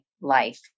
life